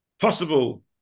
possible